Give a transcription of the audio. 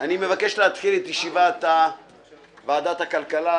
אני מבקש להתחיל את ישיבת ועדת הכלכלה.